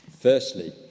firstly